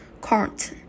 Court